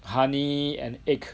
honey and egg